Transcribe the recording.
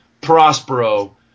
Prospero